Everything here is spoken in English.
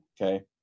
Okay